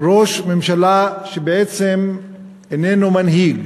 ראש ממשלה שבעצם איננו מנהיג,